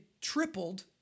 tripled